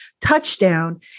touchdown